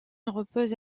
repose